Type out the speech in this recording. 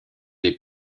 des